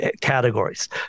categories